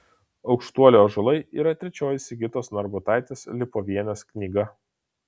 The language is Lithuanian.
aukštuolių ąžuolai yra trečioji sigitos narbutaitės lipovienės knyga